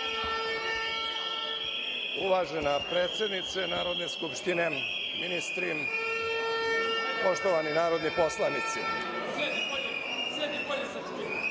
Uvažena predsednice Narodne skupštine, ministri, poštovani narodni poslanici,